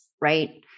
right